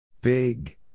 Big